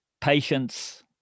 patience